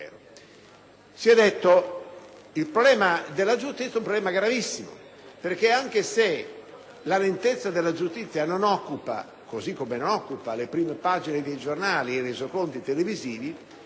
Si è detto che quello della giustizia è un problema gravissimo perché, anche se la lentezza della giustizia non occupa - così come non occupa - le prime pagine dei giornali e i resoconti televisivi,